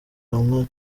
rumwe